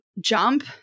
jump